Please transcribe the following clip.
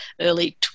early